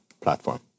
platform